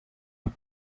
are